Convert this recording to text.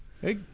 Hey